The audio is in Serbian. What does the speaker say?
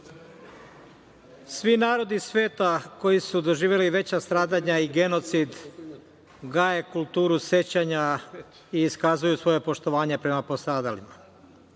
narodi sveta koji su doživeli veća stradanja i genocid gaje kulturu sećanja i iskazuju svoje poštovanje prema stradalima.